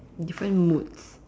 different moods